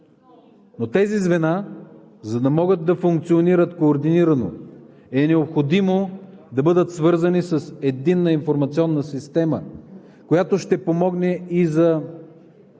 Но тези звена, за да могат да функционират координирано, е необходимо да бъдат свързани с единна информационна система, която ще помогне и за